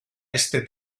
este